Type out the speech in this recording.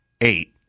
eight